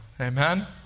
amen